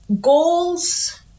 goals